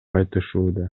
айтышууда